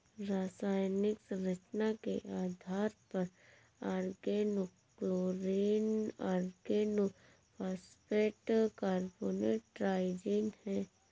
रासायनिक संरचना के आधार पर ऑर्गेनोक्लोरीन ऑर्गेनोफॉस्फेट कार्बोनेट ट्राइजीन है